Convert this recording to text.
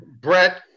brett